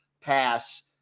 pass